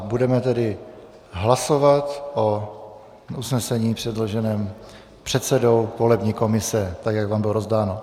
Budeme tedy hlasovat o usnesení předloženém předsedou volební komise, jak vám bylo rozdáno.